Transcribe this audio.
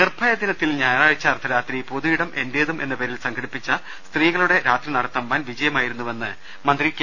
നിർഭയ ദിനത്തിൽ ഞായറാഴ്ച അർദ്ധരാത്രി പൊതു ഇടം എന്റേതും എന്ന പേരിൽ സംഘടിപ്പിച്ച സ്ത്രീകളുടെ രാത്രി നടത്തം വൻ വിജയമായിരുന്നു വെന്ന് മന്ത്രി കെ